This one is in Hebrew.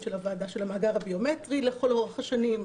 של הוועדה של המאגר הביומטרי לכל אורך השנים,